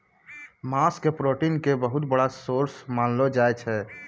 मांस के प्रोटीन के बहुत बड़ो सोर्स मानलो जाय छै